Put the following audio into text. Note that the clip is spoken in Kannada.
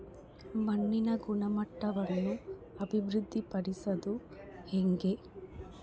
ಮಣ್ಣಿನ ಗುಣಮಟ್ಟವನ್ನು ಅಭಿವೃದ್ಧಿ ಪಡಿಸದು ಹೆಂಗೆ?